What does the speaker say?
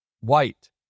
white